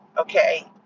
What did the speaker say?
okay